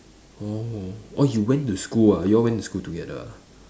oh oh you went to school ah you all went to school together